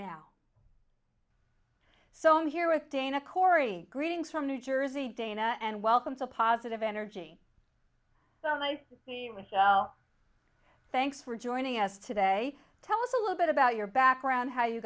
now so i'm here with dana corey greetings from new jersey dana and welcome to positive energy so nice thanks for joining us today tell us a little bit about your background how you